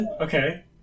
Okay